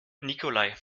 nikolai